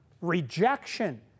rejection